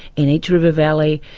in each river valley,